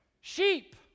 Sheep